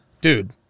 Dude